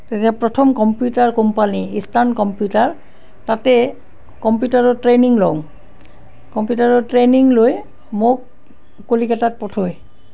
তেতিয়া প্ৰথম computer company eastern computer তাতে কম্পিউটাৰৰ ট্ৰেইনিং লওঁ কম্পিউটাৰৰ ট্ৰেইনিং লৈ মোক কলিকাতাত পঠায়